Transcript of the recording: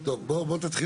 אני מדבר